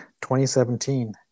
2017